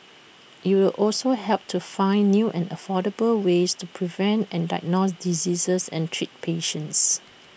IT will also help to find new and affordable ways to prevent and diagnose diseases and treat patients